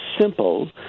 simple